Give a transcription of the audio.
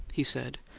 he said,